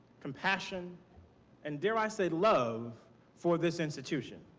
compassion and dare i say love for this institution?